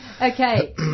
Okay